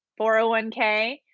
401k